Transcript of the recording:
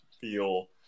feel –